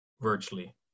virtually